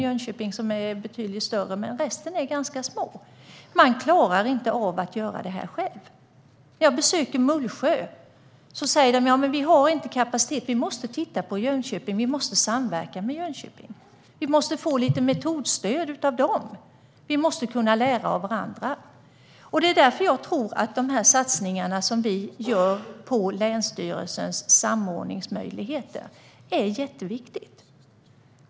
Jönköping är betydligt större, men resten av kommunerna är små. De klarar inte arbetet själva. När jag har besökt Mullsjö har de sagt att de inte har kapacitet utan att de måste samverka med Jönköping. De måste få metodstöd av Jönköpings kommun och lära av varandra. Det är därför jag tror att de satsningar som vi gör på länsstyrelsernas samordningsmöjligheter är viktiga.